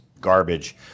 garbage